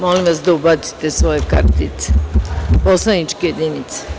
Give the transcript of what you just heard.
Molim vas da ubacite svoje kartice u poslaničke jedinice.